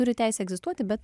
turi teisę egzistuoti bet